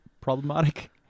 problematic